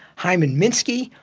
hyman minsky,